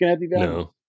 no